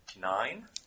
Nine